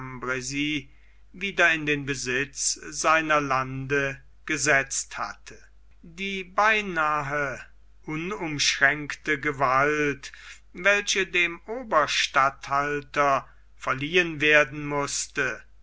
wieder in den besitz seiner lande gesetzt hatte die beinahe unumschränkte gewalt welche dem oberstatthalter verliehen werden mußte